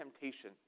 temptation